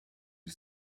you